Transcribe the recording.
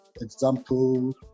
example